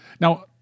Now